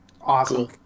Awesome